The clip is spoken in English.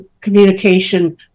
communication